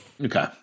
Okay